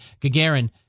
Gagarin